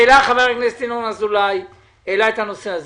העלה חבר הכנסת ינון אזולאי את הנושא הזה.